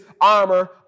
armor